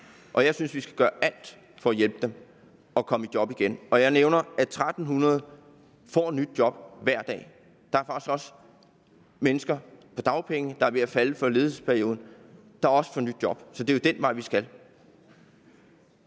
Jeg synes, vi skal gøre alt for at hjælpe dem til at komme i job igen. Jeg nævnte, at 1.300 får nyt job hver dag. Der er faktisk også mennesker på dagpenge, som er ved at nå grænsen for dagpengeperioden, og som får nyt job. Så det er jo den vej, vi skal.